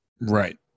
Right